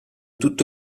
tutto